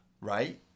right